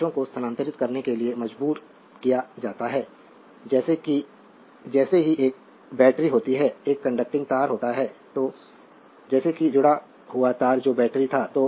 आवेशों को स्थानांतरित करने के लिए मजबूर किया जाता है जैसे ही ए बैटरी होती है एक कंडक्टिंग तार होता है तो जैसे ही जुड़ा हुआ तार जो बैटरी था